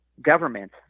Government